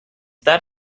that